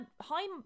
high